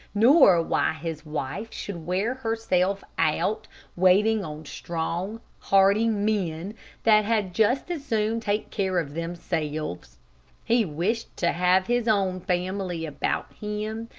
nor why his wife should wear herself out waiting on strong, hearty men, that had just as soon take care of themselves. he wished to have his own family about him,